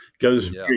goes